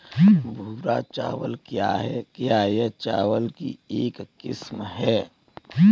भूरा चावल क्या है? क्या यह चावल की एक किस्म है?